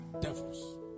devils